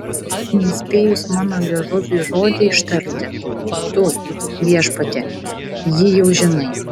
nespėjus mano liežuviui žodį ištarti tu viešpatie jį jau žinai